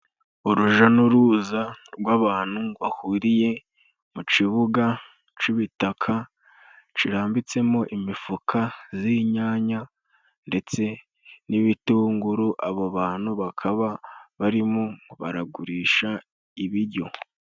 urujya n'uruza rw'abantu bahuriye mu kibuga cy'ibitaka, kirambitsemo imifuka y'inyanya, ndetse n'ibitunguru, abo bantu bakaba barimo baragurisha ibiryo.